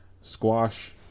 Squash